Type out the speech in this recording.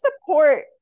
support